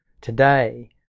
today